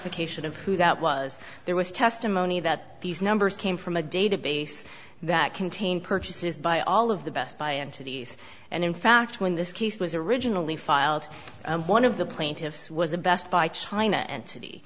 specification of who that was there was testimony that these numbers came from a database that contained purchases by all of the best by entities and in fact when this case was originally filed one of the plaintiffs was the best by china and